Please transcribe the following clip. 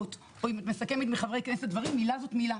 או עם חברי כנסת דברים מילה זאת מילה.